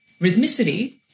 rhythmicity